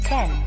Ten